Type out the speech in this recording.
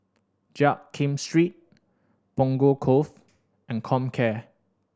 Jiak Kim Street Punggol Cove and Comcare